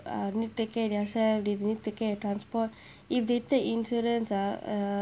uh need take care their self they need take care transport if they take insurance ah uh